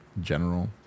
general